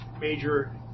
major